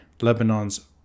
Lebanon's